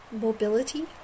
mobility